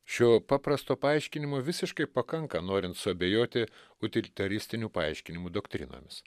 šio paprasto paaiškinimo visiškai pakanka norin suabejoti utilitaristinių paaiškinimų doktrinomis